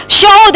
show